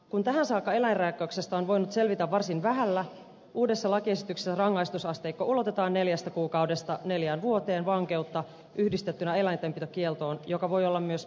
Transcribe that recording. kun tähän saakka eläinrääkkäyksestä on voinut selvitä varsin vähällä uudessa lakiesityksessä rangaistusasteikko ulotetaan neljästä kuukaudesta neljään vuoteen vankeutta yhdistettynä eläintenpitokieltoon joka voi olla myös pysyvä